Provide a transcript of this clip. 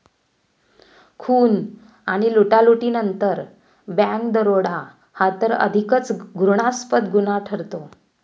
खून आणि लुटालुटीनंतर बँक दरोडा हा तर अधिकच घृणास्पद गुन्हा ठरतो